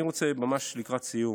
אני רוצה, ממש לקראת סיום,